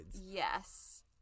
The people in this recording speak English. Yes